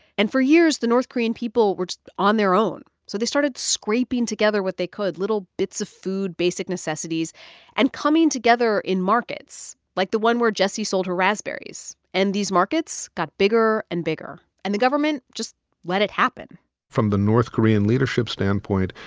and for years, the north korean people were on their own so they started scraping together what they could little bits of food, basic necessities and coming together in markets, like the one where jessie sold her raspberries. and these markets got bigger and bigger. and the government just let it happen from the north korean leadership's standpoint,